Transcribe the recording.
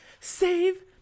save